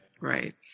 right